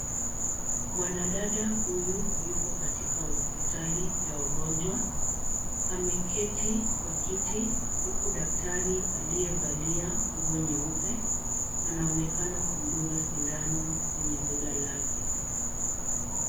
Mwanadada huyu yuko katika hospitali ya wagonjwa, ameketi kwa kiti huku daktari aliyevalia nguo nyeupe anaonekana kumdunga sindano kwenye bega lake.